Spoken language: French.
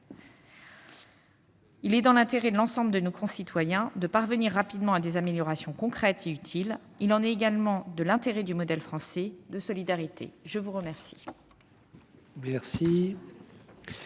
Il est dans l'intérêt de l'ensemble de nos concitoyens que nous parvenions rapidement à des améliorations concrètes et utiles. Il y va, aussi, de l'intérêt du modèle français de solidarité. Dans la suite